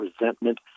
resentment